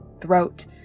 throat